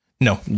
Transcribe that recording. No